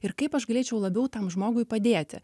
ir kaip aš galėčiau labiau tam žmogui padėti